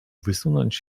wysunąć